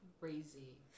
Crazy